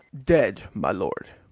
dead, my lord,